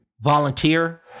Volunteer